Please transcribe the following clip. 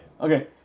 Okay